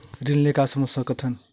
ऋण ले का समझ सकत हन?